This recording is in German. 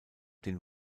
den